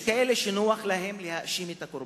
יש כאלה שנוח להם להאשים את הקורבן,